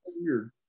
weird